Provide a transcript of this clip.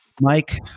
Mike